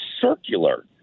circular